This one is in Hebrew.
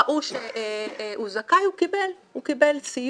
ראו שהוא זכאי והוא קיבל סיוע.